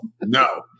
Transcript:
no